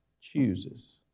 chooses